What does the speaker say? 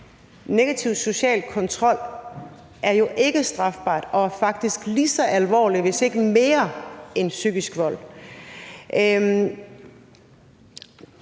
negativ social kontrol er jo ikke strafbart og er faktisk lige så alvorligt, hvis ikke mere, end psykisk vold.